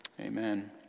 amen